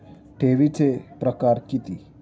ठेवीचे प्रकार किती?